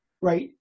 right